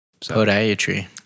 Podiatry